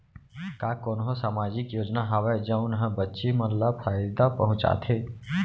का कोनहो सामाजिक योजना हावय जऊन हा बच्ची मन ला फायेदा पहुचाथे?